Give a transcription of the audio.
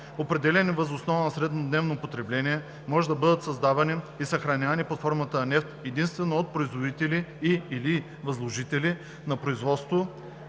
определени въз основа на среднодневното потребление, може да бъдат създавани и съхранявани под формата на нефт единствено от производители и/или възложители на производство,